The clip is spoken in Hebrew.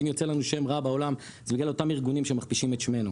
אם ייצא לנו שם רע בעולם זה בגלל אותם ארגונים שמכפישים את שמנו.